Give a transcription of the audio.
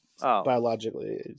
Biologically